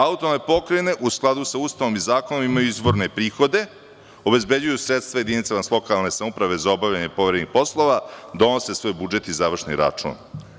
Autonomne pokrajine u skladu sa Ustavom i zakonom imaju izvorne prihode, obezbeđuju sredstva jedinicama lokalne samouprave za obavljanje poverenih poslova, donose svoj budžet i završni račun.